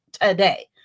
today